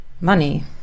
money